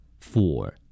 four